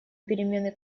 перемены